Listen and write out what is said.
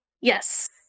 Yes